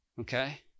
Okay